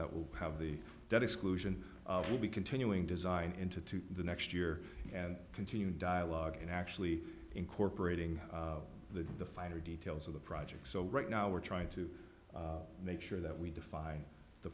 that will have the debt exclusion will be continuing design into to the next year and continue dialogue and actually incorporating the the finer details of the projects so right now we're trying to make sure that we defy the